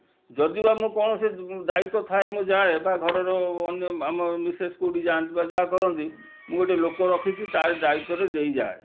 ଯଦି ବା ମୁଁ କୌଣସି ଦାୟିତ୍ଵ ଥାଏ ମୁଁ ଯାଏ ବା ଘରର ଅନ୍ୟ ଆମ ମିସେସ୍ କେଉଁଠିକି ଯାଆନ୍ତି ବା ଯାହା କରନ୍ତି ମୁଁ ଗୋଟିଏ ଲୋକ ରଖିଛି ତାରି ଦାୟିତ୍ଵରେ ଦେଇଯାଏ